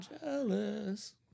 jealous